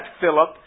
Philip